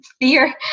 fear